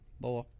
Boy